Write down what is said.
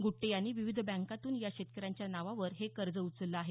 गुट्टे यांनी विविध बँकातून या शेतकऱ्यांच्या नावावर हे कर्ज उचलले आहे